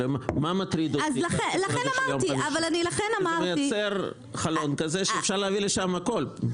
מה שמטריד אותי זה שזה מייצר חלון שאפשר להביא לשם הכול.